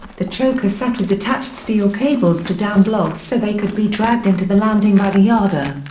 the choker setters attached steel cables to downed logs so they could be dragged into the landing by the yarder.